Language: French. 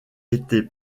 été